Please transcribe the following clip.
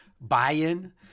buy-in